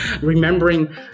Remembering